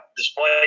display